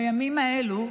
בימים האלה,